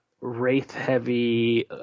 wraith-heavy